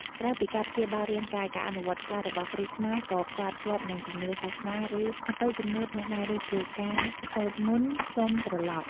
ក្រៅពីការព្យាបាលរាងកាយ ការអនុវត្តខ្លះរបស់គ្រូខ្មែរក៏ផ្សារភ្ជាប់នឹងជំនឿសាសនា ឬអបិយជំនឿផងដែរ ដូចជាការសូត្រមន្ត ផ្លុំត្រឡប់។